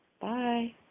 Bye